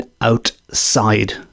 outside